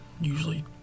usually